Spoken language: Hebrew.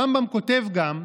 הרמב"ם כותב גם,